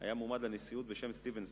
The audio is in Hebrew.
היה מועמד לנשיאות בשם סטיבנסון,